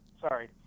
sorry